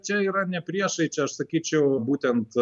čia yra ne priešai čia aš sakyčiau būtent